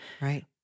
Right